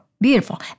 beautiful